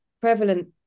prevalent